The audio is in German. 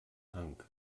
hang